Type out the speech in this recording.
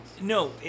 No